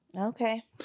Okay